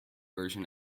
version